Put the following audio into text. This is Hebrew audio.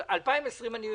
2020 אני מבין,